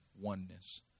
oneness